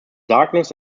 darkness